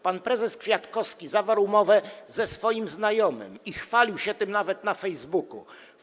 Pan prezes Kwiatkowski zawarł umowę ze swoim znajomym i chwalił się tym nawet na Facebooku.